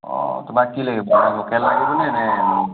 অঁ তোমাক কি লাগে লোকেল লাগিব নে নে